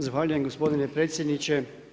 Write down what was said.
Zahvaljujem gospodine predsjedniče.